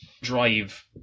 drive